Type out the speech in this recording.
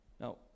Now